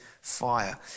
fire